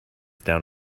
down